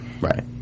Right